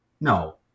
No